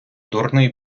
дурний